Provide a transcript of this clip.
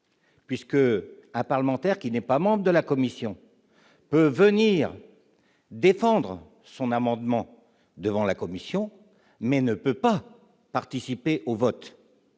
Puisque à parlementaire qui n'est pas membre de la commission peut venir défendre son amendement devant la commission, mais ne peut pas participer au vote,